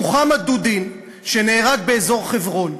מוחמד דודין, שנהרג באזור חברון,